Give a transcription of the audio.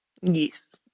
Yes